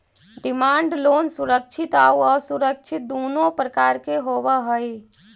demand loan सुरक्षित आउ असुरक्षित दुनों प्रकार के होवऽ हइ